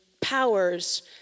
powers